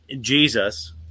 Jesus